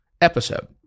episode